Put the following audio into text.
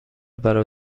برا